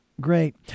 Great